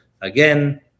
again